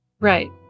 Right